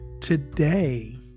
today